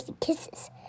kisses